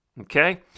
Okay